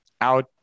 out